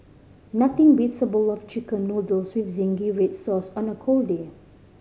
nothing beats a bowl of Chicken Noodles with zingy red sauce on a cold day